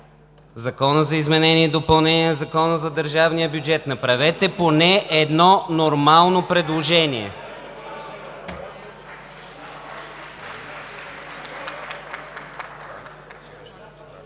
Законът за изменение и допълнение на Закона за държавния бюджет?! Направете поне едно нормално предложение! (Силен